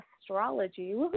astrology